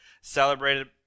celebrated